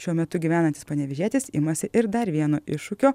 šiuo metu gyvenantis panevėžietis imasi ir dar vieno iššūkio